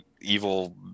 evil